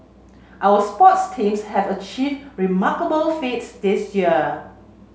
our sports teams have achieve remarkable feats this year